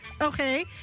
Okay